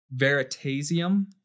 Veritasium